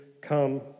come